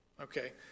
Okay